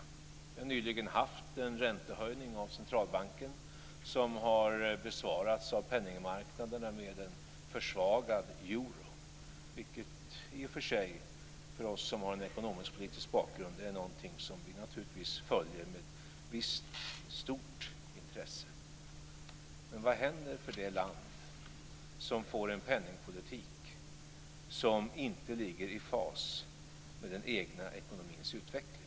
Vi har nyligen haft en räntehöjning av Centralbanken, som har besvarats av penningmarknaderna med en försvagad euro, vilket i och för sig för oss som har en ekonomisk-politisk bakgrund är någonting som vi naturligtvis följer med stort intresse. Vad händer för det land som får en penningpolitik som inte ligger i fas med den egna ekonomins utveckling?